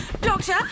Doctor